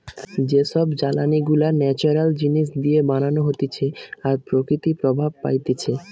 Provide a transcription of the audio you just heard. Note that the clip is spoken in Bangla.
যে সব জ্বালানি গুলা ন্যাচারাল জিনিস দিয়ে বানানো হতিছে আর প্রকৃতি প্রভাব পাইতিছে